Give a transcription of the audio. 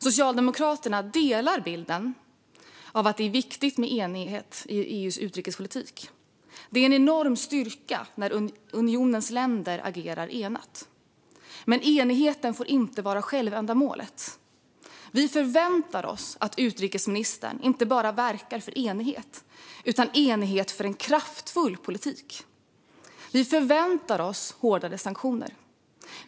Socialdemokraterna delar bilden att det är viktigt med enighet i EU:s utrikespolitik. Det är en enorm styrka när unionens länder agerar enat. Men enigheten får inte vara ett självändamål. Vi förväntar oss att utrikesministern inte bara verkar för enighet, utan det ska vara enighet för en kraftfull politik. Vi förväntar oss hårdare sanktioner.